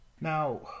Now